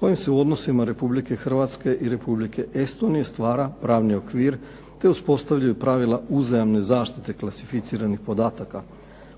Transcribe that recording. kojim se u odnosima Republike Hrvatske i Republike Estonije stvara pravni okvir, te uspostavljaju pravila uzajamne zaštite klasificiranih podataka